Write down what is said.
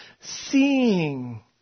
seeing